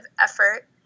effort